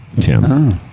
Tim